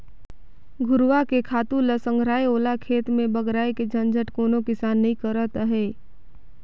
घुरूवा के खातू ल संघराय ओला खेत में बगराय के झंझट कोनो किसान नइ करत अंहे